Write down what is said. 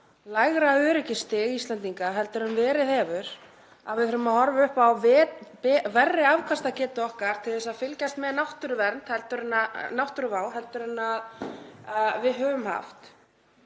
lægra öryggisstig Íslendinga en verið hefur, að við þurfum að horfa upp á verri afkastagetu okkar til að fylgjast með náttúruvá en við höfum haft